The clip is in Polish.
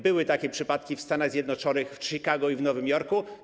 Były takie przypadki w Stanach Zjednoczonych: w Chicago i w Nowym Jorku.